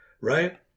right